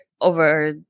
over